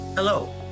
Hello